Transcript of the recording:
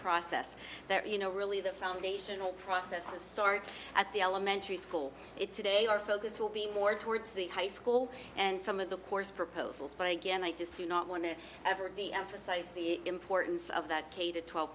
process that you know really the foundational process is start at the elementary school it today our focus will be more towards the high school and some of the course proposals but again like to see not want to ever be emphasize the importance of that k to twelve